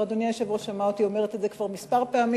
אדוני היושב-ראש שמע אותי אומרת את זה כבר כמה פעמים,